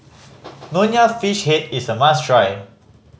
Nonya Fish Head is a must try